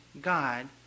God